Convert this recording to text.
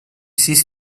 sis